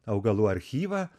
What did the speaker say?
augalų archyvą